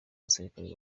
abasirikare